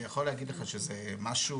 אני יכול להגיד לך שזה משהו,